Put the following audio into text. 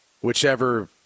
whichever